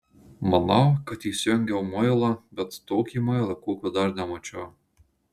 manau kad įsijungiau muilą bet tokį muilą kokio dar nemačiau